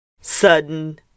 sudden